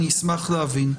המשטרה, אני אשמח להבין.